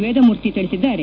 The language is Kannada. ವೇದಮೂರ್ತಿ ತಿಳಿಸಿದ್ದಾರೆ